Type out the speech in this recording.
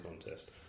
contest